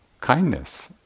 kindness